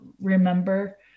remember